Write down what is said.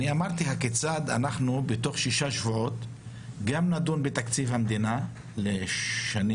אמרתי איך תוך שישה שבועות גם נדון בתקציב המדינה לשנים